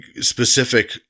specific